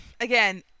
again